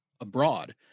abroad